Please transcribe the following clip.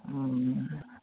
ও